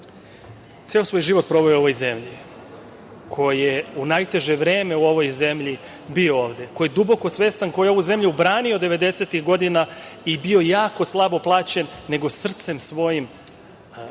ceo svoj život proveo u ovoj zemlji, ko je u najteže vreme u ovoj zemlji bio ovde, ko je duboko svestan, ko je ovu zemlju branio devedesetih godina i bio jako slabo plaćen, neko ko je srcem svojim bio